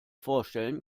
vorstellen